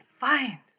fine